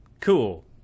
cool